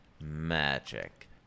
magic